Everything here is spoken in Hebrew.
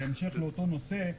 בהמשך לאותו נושא,